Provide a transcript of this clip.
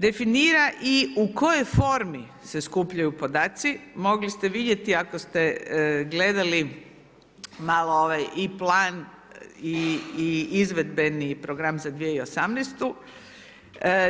Definira i u kojoj formi se skupljaju podaci mogli ste vidjeti ako ste gledali malo ovaj E-plan i izvedbeni program za 2018.,